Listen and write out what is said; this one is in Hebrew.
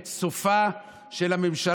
הצעת החוק הזאת היא בעצם הסימן למה ממשלת